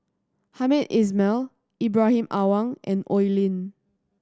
Hamed Ismail Ibrahim Awang and Oi Lin